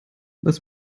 was